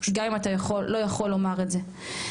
גם אם אתה לא יכול לומר את זה.